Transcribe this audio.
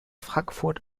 frankfurt